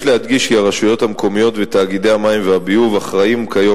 יש להדגיש כי הרשויות המקומיות ותאגידי המים והביוב אחראים כיום